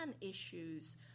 issues